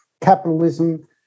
Capitalism